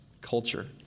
culture